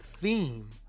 Theme